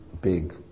big